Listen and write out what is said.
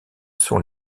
sont